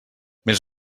més